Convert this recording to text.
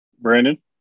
Brandon